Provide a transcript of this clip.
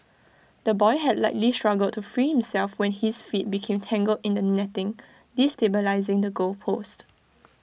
the boy had likely struggled to free himself when his feet became tangled in the netting destabilising the goal post